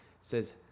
says